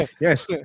Yes